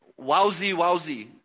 wowsy-wowsy